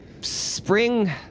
spring